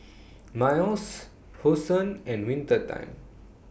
Miles Hosen and Winter Time